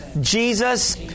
Jesus